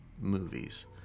movies